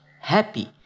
happy